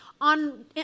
on